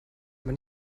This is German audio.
aber